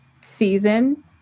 season